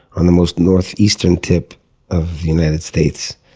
on the most northeastern tip of the united states.